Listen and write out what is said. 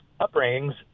upbringings